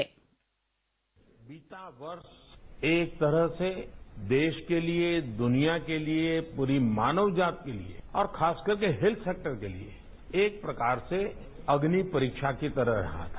bite बीता वर्ष एक तरह से देश के लिए दुनिया के लिए पूरी मानव जाति के लिए और खासकर के हेल्थ सेक्टर के लिए एक प्रकार से अग्नि परीक्षा की तरह रहा है